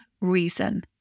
reason